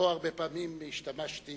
לא הרבה פעמים השתמשתי